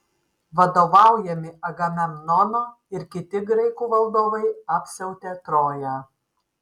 vadovaujami agamemnono ir kiti graikų valdovai apsiautė troją